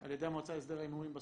על ידי המועצה להסדר ההימורים בספורט,